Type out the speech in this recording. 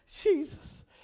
Jesus